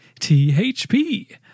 THP